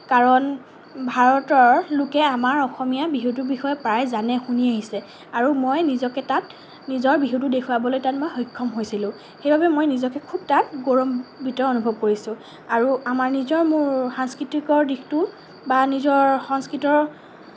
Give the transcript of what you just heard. কাৰণ ভাৰতৰ লোকে আমাৰ অসমীয়া বিহুটোৰ বিষয়ে প্ৰায়ে জানে শুনি আহিছে আৰু মই নিজকে তাত নিজৰ বিহুটো দেখুৱাবলৈ তাত মই সক্ষম হৈছিলোঁ সেইবাবে মই নিজকে খুব তাত গৌৰৱান্বিত অনুভৱ কৰিছোঁ আৰু আমাৰ নিজৰ মোৰ সাংস্কৃতিক দিশটো বা নিজৰ সংস্কৃতিৰ